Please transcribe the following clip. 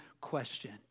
question